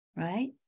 Right